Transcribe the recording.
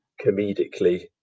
comedically